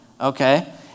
okay